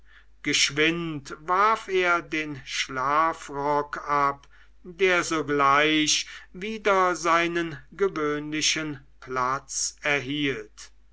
geschwind warf er den schlafrock ab der sogleich wieder seinen gewöhnlichen platz erhielt